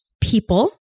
people